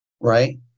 Right